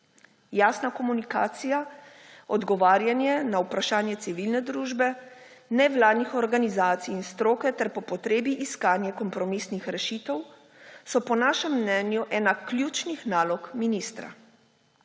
Jasna komunikacija, odgovarjanje na vprašanje civilne družbe, nevladnih organizacij in stroke ter po potrebi iskanje kompromisnih rešitev so po našem mnenju ena ključnih nalog ministra.